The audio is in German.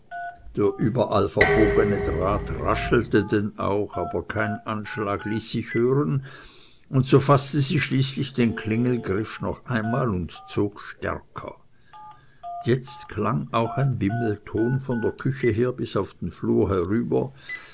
der überall verbogene draht raschelte denn auch aber kein anschlag ließ sich hören und so faßte sie schließlich den klingelgriff noch einmal und zog stärker jetzt klang auch ein bimmelton von der küche her bis auf den flur herüber